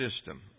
system